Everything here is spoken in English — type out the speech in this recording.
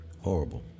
horrible